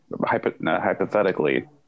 hypothetically